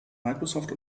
microsoft